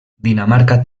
dinamarca